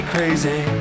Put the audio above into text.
crazy